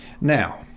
Now